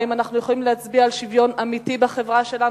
האם אנחנו יכולים להצביע על שוויון אמיתי בחברה שלנו,